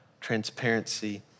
transparency